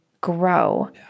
grow